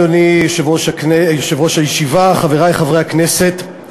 אדוני יושב-ראש הישיבה, חברי חברי הכנסת,